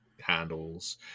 handles